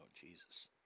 Jesus